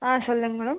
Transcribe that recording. ஆ சொல்லுங்கள் மேடம்